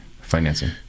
financing